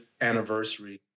anniversary